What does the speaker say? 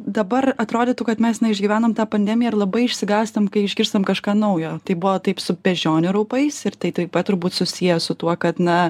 dabar atrodytų kad mes neišgyvenom tą pandemiją ir labai išsigąstam kai išgirstam kažką naujo tai buvo taip su beždžionių raupais ir tai taip pat turbūt susiję su tuo kad na